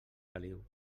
caliu